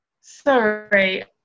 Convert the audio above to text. Sorry